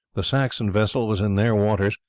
the saxon vessel was in their waters,